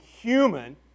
human